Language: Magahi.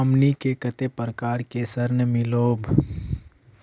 हमनी के कते प्रकार के ऋण मीलोब?